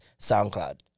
SoundCloud